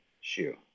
shoe